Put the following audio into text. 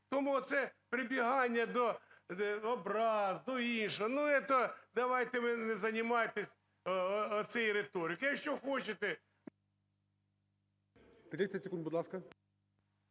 Тому оцеприбігання до образ, до іншого, давайте, ви не займайтеся цією риторикою. Якщо хочете…